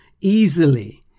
easily